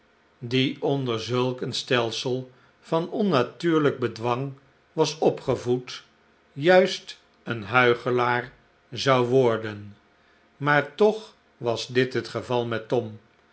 die onder zulk een stelsel van onnatuurlijk bedwang was opgevoed juist een huichelaar zou worden maar toch was dit het geval met tom